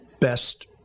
best